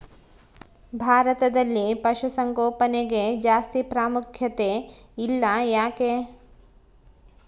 ಭಾರತದಲ್ಲಿ ಪಶುಸಾಂಗೋಪನೆಗೆ ಜಾಸ್ತಿ ಪ್ರಾಮುಖ್ಯತೆ ಇಲ್ಲ ಯಾಕೆ?